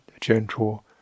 gentle